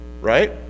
right